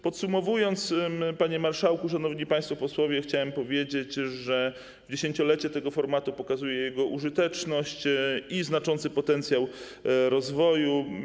Podsumowując, panie marszałku, szanowni państwo posłowie, chciałem powiedzieć, że 10-lecie tego formatu pokazuje jego użyteczność i znaczący potencjał rozwoju.